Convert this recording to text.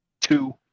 Two